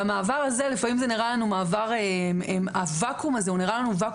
והמעבר הזה לפעמים נראה להם ואקום קטן,